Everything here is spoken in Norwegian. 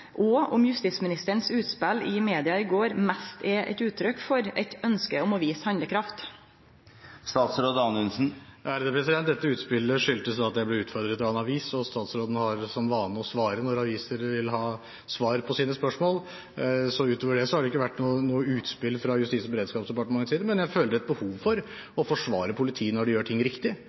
og om utspelet frå justisministeren i media i går mest er eit uttrykk for eit ønske om å vise handlekraft. Dette utspillet skyldtes at jeg ble utfordret av en avis, og statsrådene har som vane å svare når aviser vil ha svar på sine spørsmål. Utover det har det ikke vært noe utspill fra Justis- og beredskapsdepartementets side. Men jeg føler et behov for å forsvare politiet når de gjør ting riktig, og når de får kritikk for å gjøre ting riktig,